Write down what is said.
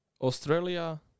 Australia